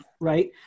right